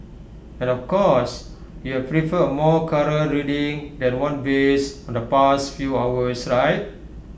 and of course you'd prefer A more current reading than one based on the past few hours right